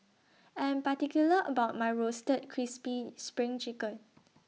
I Am particular about My Roasted Crispy SPRING Chicken